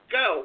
go